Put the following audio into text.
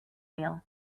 wheel